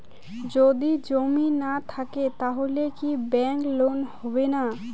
যদি জমি না থাকে তাহলে কি ব্যাংক লোন হবে না?